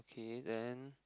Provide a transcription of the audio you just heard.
okay then